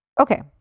Okay